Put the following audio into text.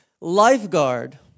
lifeguard